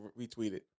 retweeted